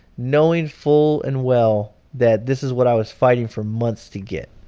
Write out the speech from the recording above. knowing full and well that this is what i was fighting for months to get.